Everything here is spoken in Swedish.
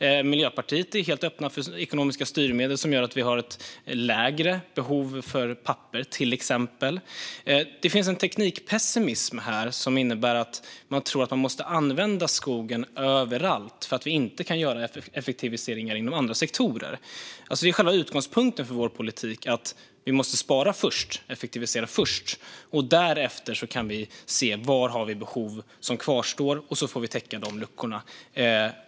Vi i Miljöpartiet är helt öppna för ekonomiska styrmedel som gör att vi till exempel har ett mindre behov av papper. Det finns en teknikpessimism här som innebär att man tror att man måste använda skogen överallt för att vi inte kan göra effektiviseringar inom andra sektorer. Själva utgångspunkten för vår politik är att vi först måste spara eller effektivisera. Därefter kan vi se var det finns behov som kvarstår, och så får vi täcka de luckorna.